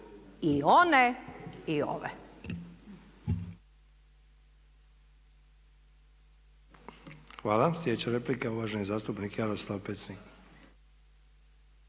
i one i ove.